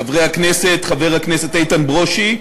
חברי הכנסת, חבר הכנסת איתן ברושי,